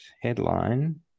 headline